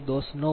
1 0